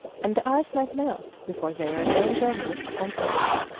and the ice might melt before their return journey was accomplished.